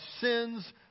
sins